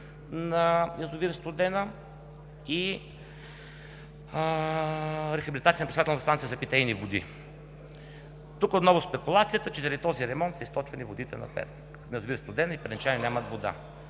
на язовир „Студена“ и рехабилитация на Пречиствателната станция за питейни води. Тук отново е спекулацията, че заради този ремонт са източвани водите на язовир „Студена“ и перничани нямат вода.